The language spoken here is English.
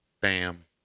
Bam